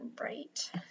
right